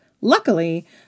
Luckily